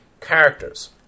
Characters